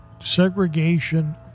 Segregation